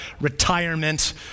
retirement